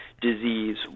disease